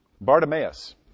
Bartimaeus